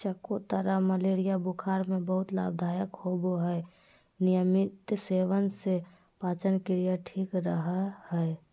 चकोतरा मलेरिया बुखार में बहुत लाभदायक होवय हई नियमित सेवन से पाचनक्रिया ठीक रहय हई